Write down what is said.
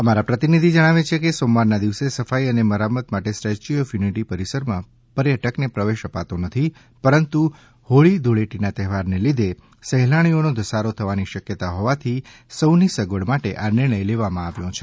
અમારા પ્રતિનિધિ જણાવે છે કે સોમવારના દિવસે સફાઈ અને મરામત માટે સ્ટેચ્યું ઓફ યુનિટી પરિસરમાં પર્યટકને પ્રવેશ આપતો નથી પરંતુ હોળી ધૂળેટીના તહેવારને લીધે સહેલાણીઓનો ધસારો થવાની શક્યતા હોવાથી સૌની સગવડ માટે આ નિર્ણય લેવાયો છે